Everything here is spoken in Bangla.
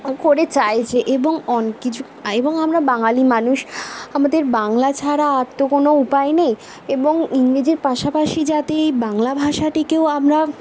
করে চাইছে এবং অন কিচু এবং আমরা বাঙালি মানুষ আমাদের বাংলা ছাড়া আর তো কোনো উপায় নেই এবং ইংরেজির পাশাপাশি যাতে এই বাংলা ভাষাটিকেও আমরা